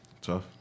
Tough